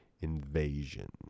invasion